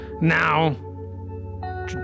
now